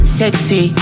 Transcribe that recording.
sexy